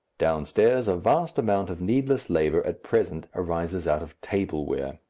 downstairs a vast amount of needless labour at present arises out of table wear.